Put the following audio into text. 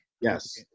Yes